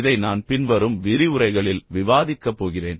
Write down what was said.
இதை நான் பின்வரும் விரிவுரைகளில் விவாதிக்கப் போகிறேன்